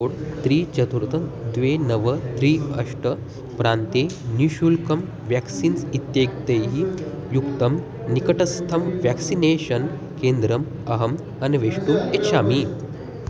code त्रीणि चतुर्थ द्वे नव त्रीणि अष्ट प्रान्ते निःशुल्कं व्याक्सीन्स् इत्येतैः युक्तं निकटस्थं व्याक्सिनेषन् केन्द्रम् अहम् अन्वेष्टुम् इच्छामि